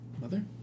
mother